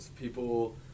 people